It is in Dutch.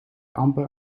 amper